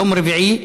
יום רביעי,